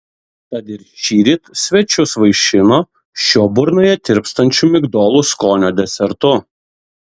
tad ir šįryt svečius vaišino šiuo burnoje tirpstančiu migdolų skonio desertu